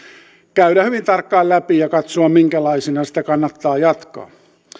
käydä hyvin tarkkaan läpi ja katsoa minkälaisena sitä kannattaa jatkaa